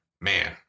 man